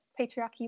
patriarchy